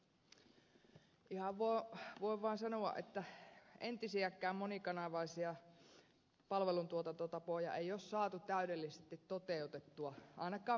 ihan voin vaan sanoa että entisiäkään monikanavaisia palveluntuotantotapoja ei ole saatu täydellisesti toteutettua ainakaan meidän selkosilla